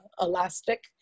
elastic